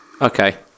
okay